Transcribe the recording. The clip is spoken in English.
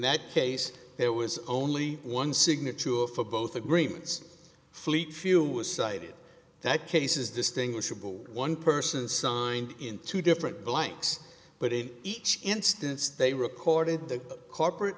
that case there was only one signature for both agreements fleet fuel was cited that case is distinguishable one person signed in two different blanks but in each instance they recorded the corporate